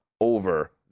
over